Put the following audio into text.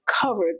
covered